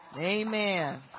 amen